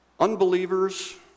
Unbelievers